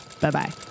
Bye-bye